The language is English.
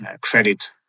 credit